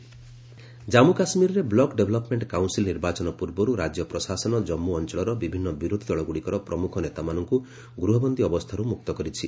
JK leaders Jammu କାଶ୍ମୀରରେ block development council ନିର୍ବାଚନ ପ୍ରର୍ବରୁ ରାଜ୍ୟ ପ୍ରଶାସନ ଜନ୍ମୁ ଅଞ୍ଚଳର ବିଭିନ୍ନ ବିରୋଧି ଦଳଗୁଡ଼ିକର ପ୍ରମୁଖ ନେତାମାନଙ୍କୁ ଗୃହବନ୍ଦୀ ଅବସ୍ଥାରୁ ମୁକ୍ତ କରିଛି